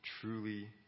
truly